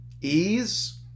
ease